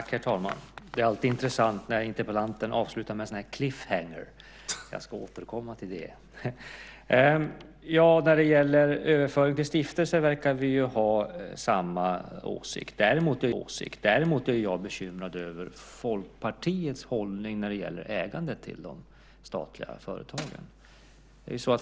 Herr talman! Det är alltid intressant när interpellanten avslutar med en cliff hanger : Jag ska återkomma till det. När det gäller överföring till stiftelser verkar vi ha samma åsikt. Däremot är jag bekymrad över Folkpartiets hållning när det gäller ägandet till de statliga företagen.